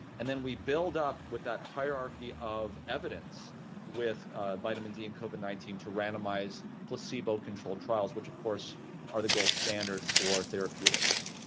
and then we build up with that hierarchy of evidence with vitamin d and covid nineteen to randomized placebo-controlled trials, which of course are the gold standard for therapeutics.